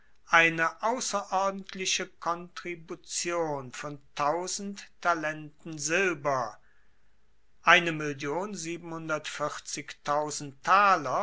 eine ausserordentliche kontribution von talenten silber